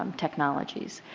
um technologies.